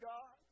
God